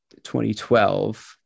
2012